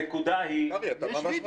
קרעי, אתה ממש מטעה.